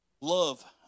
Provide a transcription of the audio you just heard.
Love